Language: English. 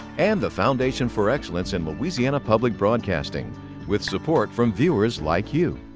and the foundation for excellence in louisiana public broadcasting with support from viewers like you.